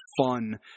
fun